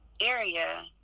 area